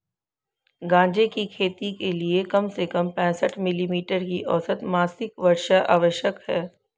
गांजे की खेती के लिए कम से कम पैंसठ मिली मीटर की औसत मासिक वर्षा आवश्यक है